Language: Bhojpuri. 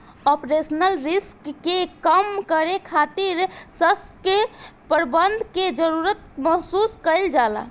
ऑपरेशनल रिस्क के कम करे खातिर ससक्त प्रबंधन के जरुरत महसूस कईल जाला